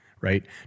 Right